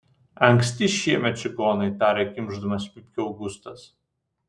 anksti šiemet čigonai tarė kimšdamas pypkę augustas